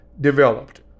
developed